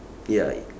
ya it